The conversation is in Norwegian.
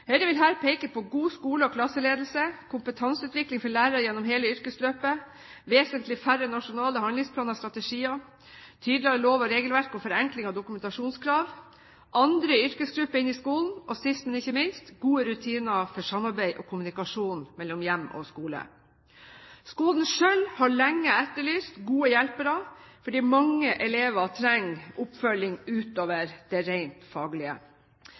Høyre vil her peke på god skole- og klasseledelse, kompetanseutvikling for lærere gjennom hele yrkesløpet, vesentlig færre nasjonale handlingsplaner og strategier, tydeligere lov- og regelverk og forenkling av dokumentasjonskrav, andre yrkesgrupper inn i skolen, og sist, men ikke minst: gode rutiner for samarbeid og kommunikasjon mellom hjem og skole. Skolen selv har lenge etterlyst gode hjelpere, fordi mange elever trenger oppfølging utover det rent faglige.